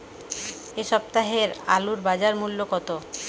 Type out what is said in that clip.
এ সপ্তাহের আলুর বাজার মূল্য কত?